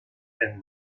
and